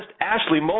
Ashley